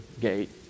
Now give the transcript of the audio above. gate